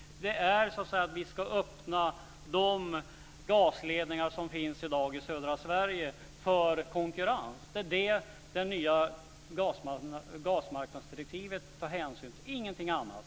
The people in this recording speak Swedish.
Vi ska öppna de gasledningar som finns i dag i södra Sverige för konkurrens. Det är detta det nya gasmarknadsdirektivet tar hänsyn till, ingenting annat.